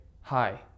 hi